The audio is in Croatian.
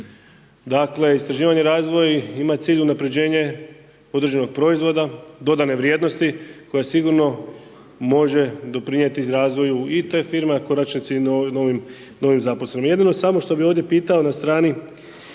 Dakle, istraživanje i razvoj, ima cilj unapređenje određenog proizvoda dodane vrijednosti, koja sigurno može doprinijeti i razvoj i te firme, a i u konačnici novim zaposlenim.